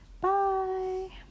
bye